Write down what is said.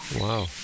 Wow